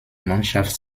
mannschaft